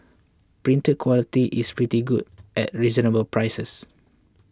printing quality is pretty good at reasonable prices